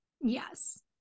yes